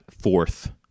fourth